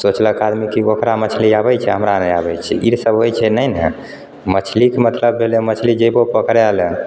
सोचलक आदमी की ओकरा मछली आबै छै हमरा नहि आबै छै ईसब होइ छै नहि ने मछलीके मतलब भेलै मछली जेबहो पकड़ै लऽ